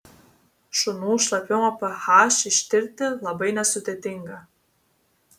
šunų šlapimo ph ištirti labai nesudėtinga